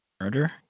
murder